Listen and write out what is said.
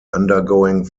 undergoing